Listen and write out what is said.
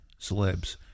celebs